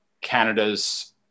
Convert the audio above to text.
Canada's